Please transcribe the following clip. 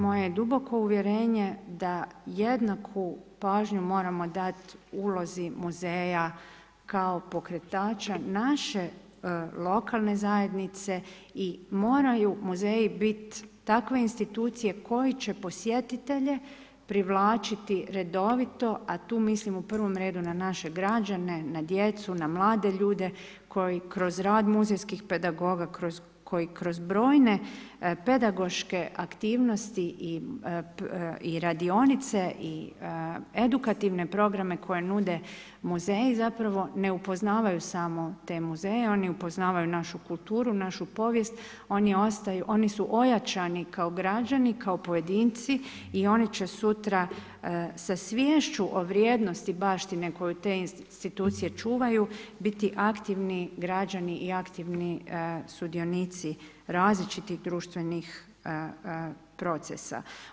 Moje je duboko uvjerenje da jednaku pažnju moramo dati ulozi muzeja kao pokretača naše lokalne zajednice i moraju muzeji biti takve institucije koji će posjetitelje privlačiti redovito a tu mislim u prvom redu na naše građane, na djecu, na mlade ljude koji kroz rad muzejskih pedagoga, koji kroz brojne pedagoške aktivnosti i radionice, edukativne programe koje nude muzeji zapravo ne upoznavaju samo te muzeje, oni upoznavaju našu kulturu, našu povijest, oni su ojačani kao građani, kao pojedinci i oni će sutra sa sviješću o vrijednosti baštine koje te institucije čuvaju, biti aktivni građani i aktivni sudionici različitih društvenih procesa.